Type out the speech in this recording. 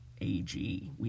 ag